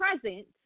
present